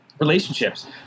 relationships